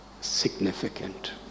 significant